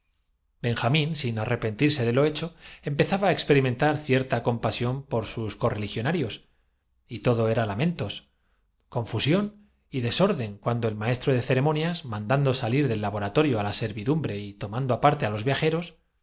benjamín sin arrepentirse de nomanía de benjamín lo hecho empezaba á experimentar cierta compasión sí prosiguió king seng para ella y para los por sus correligionarios y todo era lamentos confu suyos la emperatriz me encargó de crear prosélitos sión y desorden cuando el maestro de ceremonias y ordenó al misterioso personaje que hiciese venir de mandando salir del laboratorio a la servidumbre y to sus apartadas regiones algunas familias que alimen mando aparte á los viajeros